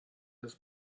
his